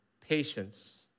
patience